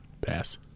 Pass